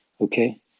Okay